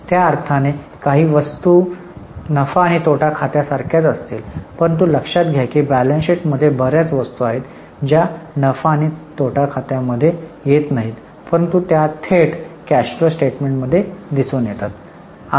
त्या अर्थाने काही वस्तू नफा आणि तोटा खात्यासारख्याच असतील परंतु लक्षात घ्या की बॅलन्स शीट मध्ये बर्याच वस्तू आहेत ज्या नफा आणि तोटा खात्यामध्ये येत नाहीत परंतु त्या थेट कॅश फ्लो स्टेटमेंटमध्ये दिसून येतात